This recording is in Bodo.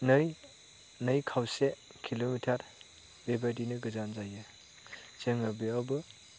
नै नै खावसे किल'मिटार बेबायदिनो गोजान जायो जोङो बेयावबो